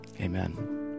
amen